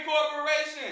corporation